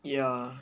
ya